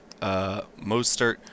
Mostert